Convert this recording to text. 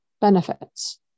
benefits